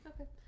Okay